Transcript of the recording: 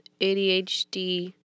ADHD